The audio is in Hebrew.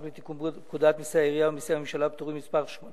לתיקון פקודת מסי העירייה ומסי הממשלה (פטורין)